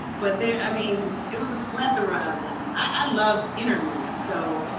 but i mean, it was a plethora of them. i love interviewing. so